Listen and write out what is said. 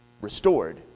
Restored